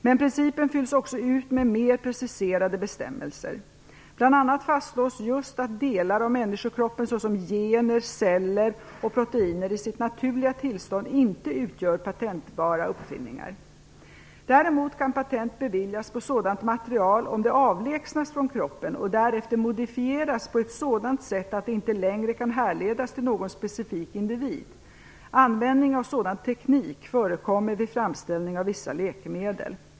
Men principen fylls också ut med mer preciserade bestämmelser. Bl.a. fastslås just att delar av människokroppen - såsom gener, celler och proteiner - i sitt naturliga tillstånd inte utgör patenterbara uppfinningar. Däremot kan patent beviljas på sådant material om det avlägsnats från kroppen och därefter modifieras på ett sådant sätt att det inte längre kan härledas till någon specifik individ. Användning av sådan teknik förekommer vid framställning av vissa läkemedel.